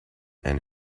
and